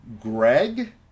Greg